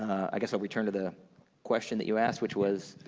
i guess i'll return to the question that you asked, which was